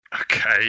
Okay